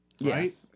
right